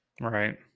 right